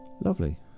Lovely